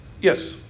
yes